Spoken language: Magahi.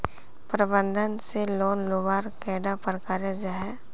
प्रबंधन से लोन लुबार कैडा प्रकारेर जाहा?